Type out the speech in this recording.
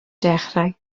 dechrau